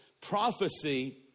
Prophecy